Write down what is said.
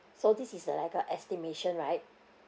so this is the like a estimation right